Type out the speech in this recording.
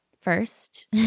first